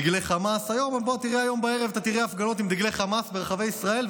היום בערב אתה תראה הפגנות עם דגלי חמאס ברחבי ישראל,